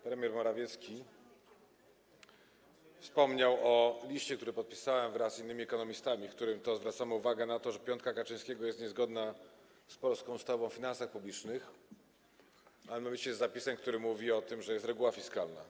Premier Morawiecki wspomniał o liście, który podpisałem wraz z innymi ekonomistami, w którym zwracamy uwagę na to, że piątka Kaczyńskiego jest niezgodna z polską ustawą o finansach publicznych, a mianowicie z zapisem, który mówi o tym, że jest reguła fiskalna.